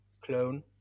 clone